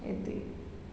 ଏତିକି